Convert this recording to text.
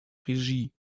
regie